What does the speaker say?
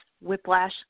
whiplash